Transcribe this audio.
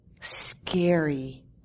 scary